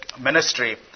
ministry